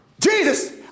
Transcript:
Jesus